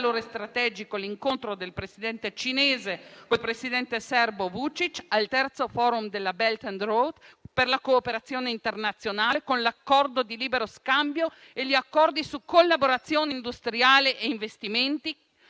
valore strategico l'incontro del Presidente cinese con il presidente serbo Vučić al terzo *forum* della Belt and Road Initiative per la cooperazione internazionale, con l'accordo di libero scambio e gli accordi su collaborazione industriale e investimenti,